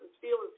feelings